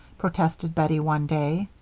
protested bettie, one day.